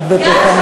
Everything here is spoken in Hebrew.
את בטוחה?